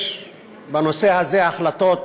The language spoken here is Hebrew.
יש בנושא הזה החלטות